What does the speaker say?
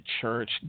church